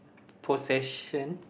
possession